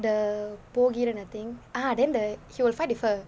the போகிறன்:pokiren I think ah then the he will fight with her